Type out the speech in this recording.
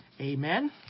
Amen